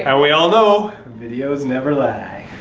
and we all know, videos never lie